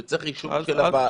שצריך אישור של הוועדה.